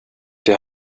der